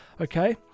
Okay